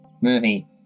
movie